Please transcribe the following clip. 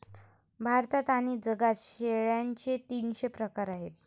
भारतात आणि जगात शेळ्यांचे तीनशे प्रकार आहेत